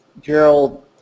Gerald